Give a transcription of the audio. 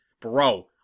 Bro